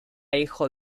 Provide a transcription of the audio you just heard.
hijo